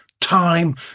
Time